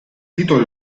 titolo